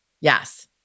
Yes